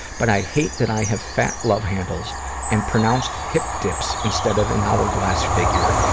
but i hate that i have fat love handles and pronounced hip dips instead of an hour-glass figure.